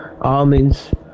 Almonds